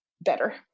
better